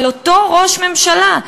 אבל אותו ראש ממשלה,